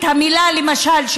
למשל,